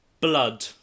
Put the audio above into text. blood